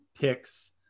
picks